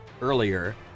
earlier